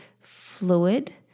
fluid